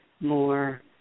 more